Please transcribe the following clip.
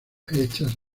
hechas